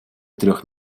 трех